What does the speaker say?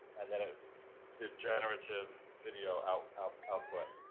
and then it did generative video out, out, output.